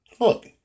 Look